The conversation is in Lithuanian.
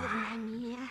ir namie